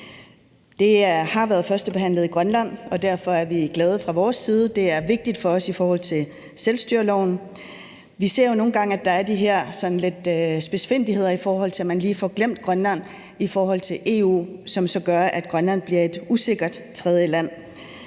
Det har været førstebehandlet i Grønland, og derfor er vi fra vores side glade. Det er vigtigt for os i forhold til selvstyreloven. Vi ser jo nogle gange, at der er de her sådan spidsfindigheder, hvor man lige får glemt Grønland i forhold til EU, som så gør, at Grønland bliver et usikkert tredjeland.